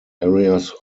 areas